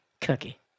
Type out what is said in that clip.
Cookie